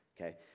Okay